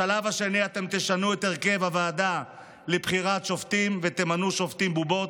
בשלב השני אתם תשנו את הרכב הוועדה לבחירת שופטים ותמנו שופטים בובות,